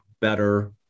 better